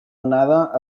onada